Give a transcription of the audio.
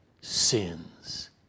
sins